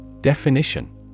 Definition